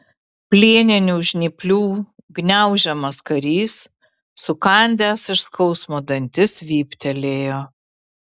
plieninių žnyplių gniaužiamas karys sukandęs iš skausmo dantis vyptelėjo